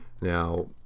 Now